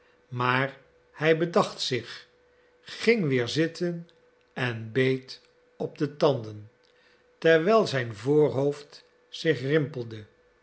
maar hij bedacht zich ging weer zitten en beet op de tanden terwijl zijn voorhoofd zich rimpelde